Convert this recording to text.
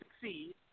succeed